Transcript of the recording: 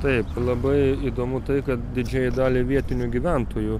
taip labai įdomu tai kad didžiajai daliai vietinių gyventojų